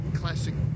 classic